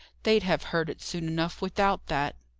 they'd have heard it soon enough, without that.